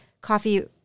coffee